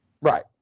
Right